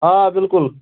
آ بالکل